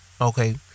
Okay